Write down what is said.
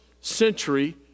century